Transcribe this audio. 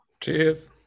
Cheers